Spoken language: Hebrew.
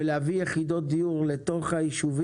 000-900,000 אלף שקל.